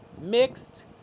mixed